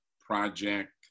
Project